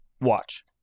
watch